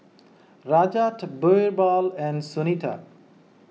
Rajat Birbal and Sunita